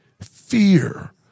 Fear